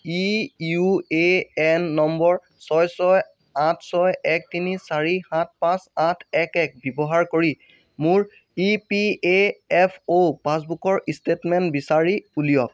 UAN নম্বৰ ছয় ছয় আঠ ছয় এক তিনি চাৰি সাত পাঁচ আঠ এক এক ব্যৱহাৰ কৰি মোৰ ইপিএফঅ' পাছবুকৰ ষ্টেটমেণ্ট বিচাৰি উলিয়াওক